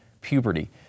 puberty